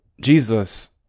Jesus